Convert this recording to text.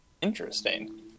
Interesting